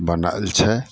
बनाओल छै